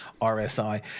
RSI